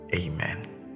amen